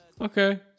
Okay